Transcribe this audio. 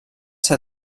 ser